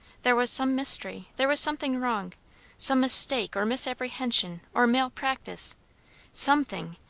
there was some mystery there was something wrong some mistake, or misapprehension, or malpractice something,